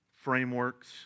frameworks